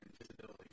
invisibility